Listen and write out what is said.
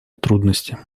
трудности